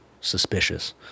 suspicious